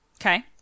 Okay